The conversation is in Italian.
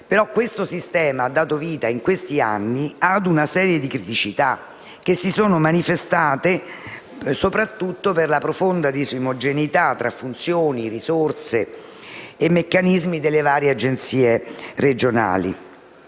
Questo sistema ha dato vita in questi anni ad una serie di criticità che si sono manifestate soprattutto per la profonda disomogeneità tra funzioni, risorse e meccanismi delle varie Agenzie regionali,